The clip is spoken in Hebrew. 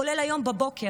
כולל היום בבוקר.